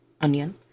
onion